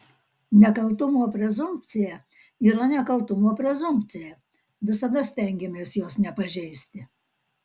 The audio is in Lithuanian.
nekaltumo prezumpcija yra nekaltumo prezumpcija visada stengiamės jos nepažeisti